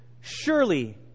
Surely